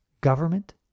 government